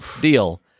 deal